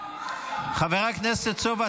חבר הכנסת סובה,